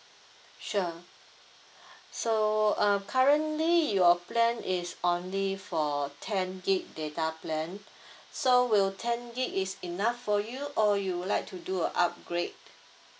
sure so um currently your plan is only for ten gigabyte data plan so will ten gigabyte is enough for you or you would like to do a upgrade